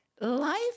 life